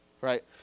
right